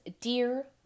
Dear